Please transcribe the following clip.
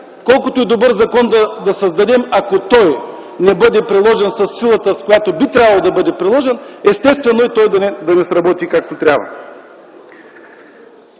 колкото и добър закон да създадем, ако той не бъде приложен със силата, с която би трябвало, естествено е той да не сработи както трябва.